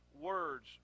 words